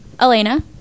Elena